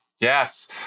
Yes